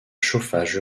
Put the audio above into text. chauffage